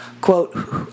quote